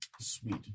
Sweet